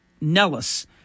Nellis